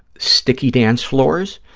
sticky dance floors,